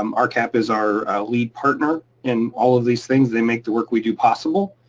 um ah rcap is our lead partner in all of these things. they make the work we do possible.